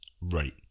Right